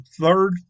third